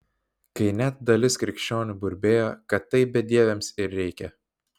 kai net dalis krikščionių burbėjo kad taip bedieviams ir reikia